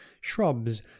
shrubs